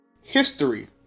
history